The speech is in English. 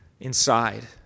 inside